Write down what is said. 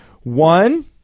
One